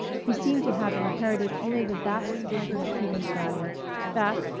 he seemed to have inherited only the vast tradition of human failure that,